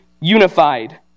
unified